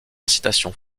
incitation